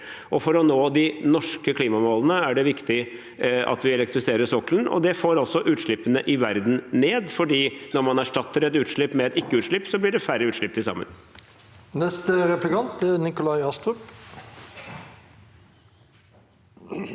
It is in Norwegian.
For å nå de norske klimamålene er det viktig at vi elektrifiserer sokkelen. Det får også utslippene i verden ned, for når man erstatter et utslipp med et ikke-utslipp, blir det færre utslipp til sammen. Nikolai Astrup